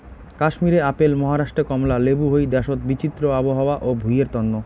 কাশ্মীরে আপেল, মহারাষ্ট্রে কমলা লেবু হই দ্যাশোত বিচিত্র আবহাওয়া ও ভুঁইয়ের তন্ন